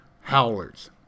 howlers